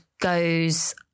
goes